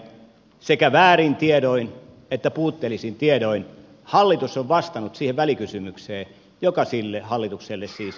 sekä väärin tiedoin että puutteellisin tiedoin hallitus on vastannut siihen välikysymykseen joka sille hallitukselle siis on täällä jätetty